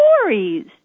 stories